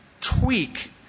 tweak